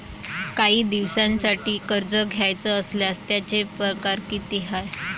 कायी दिसांसाठी कर्ज घ्याचं असल्यास त्यायचे परकार किती हाय?